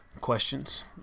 questions